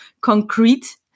concrete